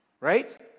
Right